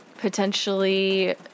potentially